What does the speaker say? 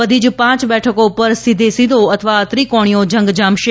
બધી જ પાંચ બેઠકો ઉપર સીધેસીધો અથવા ત્રિકોણીયો જંગ જામશે